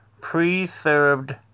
preserved